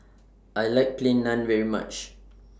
I like Plain Naan very much